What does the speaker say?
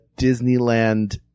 Disneyland